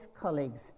colleagues